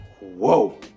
whoa